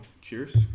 cheers